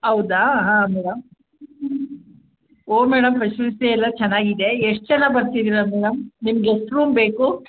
ಔದಾ ಹಾಂ ಮೇಡಮ್ ಹ್ಞೂ madam facility ಎಲ್ಲ ಚೆನ್ನಾಗಿದೆ ಎಷ್ಟು ಜನ ಬರ್ತಿದೀರ ಮೇಡಮ್ ನಿಮ್ಗೆ ಎಷ್ಟು ರೂಮ್ ಬೇಕು